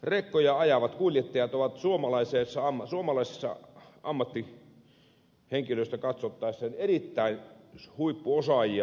rekkoja ajavat kuljettajat ovat suomalaista ammattihenkilöstöä katsottaessa erittäin huippuosaajia